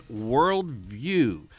worldview